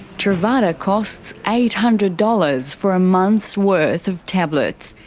truvada costs eight hundred dollars for a month's worth of tablets.